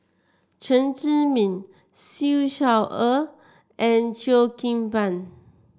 Chen Zhiming Siew Shaw Her and Cheo Kim Ban